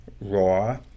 raw